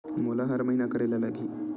मोला हर महीना करे ल लगही?